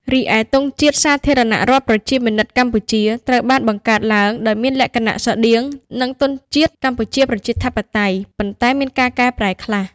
រីឯ ទង់ជាតិសាធារណរដ្ឋប្រជាមានិតកម្ពុជា ត្រូវបានបង្កើតឡើងដោយមានលក្ខណៈស្រដៀងនឹងទង់ជាតិកម្ពុជាប្រជាធិបតេយ្យ ប៉ុន្តែមានការកែប្រែខ្លះ។